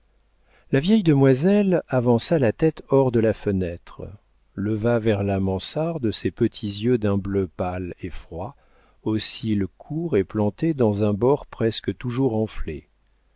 la vieille demoiselle avança la tête hors de la fenêtre leva vers la mansarde ses petits yeux d'un bleu pâle et froid aux cils courts et plantés dans un bord presque toujours enflé